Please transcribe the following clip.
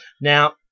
Now